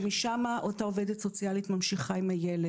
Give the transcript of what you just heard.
ומשם אותה עובדת סוציאלית ממשיכה עם הילד.